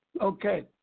Okay